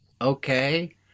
okay